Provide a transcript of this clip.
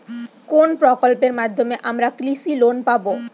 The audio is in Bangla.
কোন প্রকল্পের মাধ্যমে আমরা কৃষি লোন পাবো?